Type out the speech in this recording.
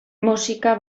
musika